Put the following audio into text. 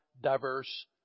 diverse